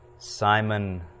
Simon